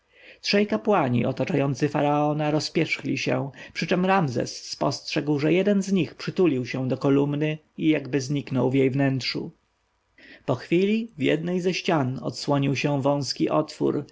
trzej kapłani otaczający faraona rozpierzchli się przyczem ramzes spostrzegł że jeden z nich przytulił się do kolumny i jakby znikł w jej wnętrzu po chwili w jednej ze ścian odsłonił się wąski otwór